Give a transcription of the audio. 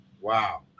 Wow